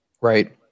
Right